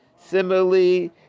Similarly